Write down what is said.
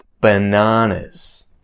bananas